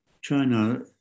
China